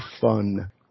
fun